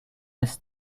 this